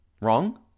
wrong